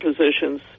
positions